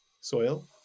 soil